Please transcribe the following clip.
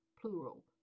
plural